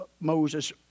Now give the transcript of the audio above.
Moses